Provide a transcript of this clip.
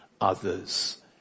others